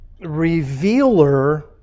revealer